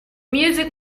music